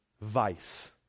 vice